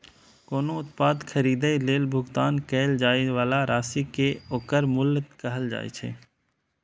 कोनो उत्पाद खरीदै लेल भुगतान कैल जाइ बला राशि कें ओकर मूल्य कहल जाइ छै